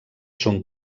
són